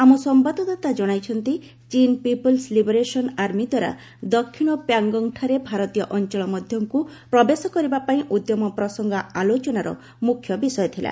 ଆମ ସମ୍ବାଦଦାତା ଜଣାଇଛନ୍ତି ଚୀନ୍ ପିପୁଲ୍ମ ଲିବରେସନ୍ ଆର୍ମୀ ଦ୍ୱାରା ଦକ୍ଷିଣ ପ୍ୟାଙ୍ଗଙ୍ଗ୍ ଠାରେ ଭାରତୀୟ ଅଞ୍ଚଳ ମଧ୍ୟକୁ ପ୍ରବେଶ କରିବା ପାଇଁ ଉଦ୍ୟମ ପ୍ରସଙ୍ଗ ଆଲୋଚନାର ମୁଖ୍ୟ ବିଷୟ ଥିଲା